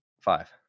Five